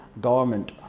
government